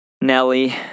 Nelly